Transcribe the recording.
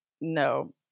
No